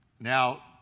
now